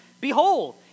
Behold